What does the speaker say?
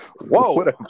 Whoa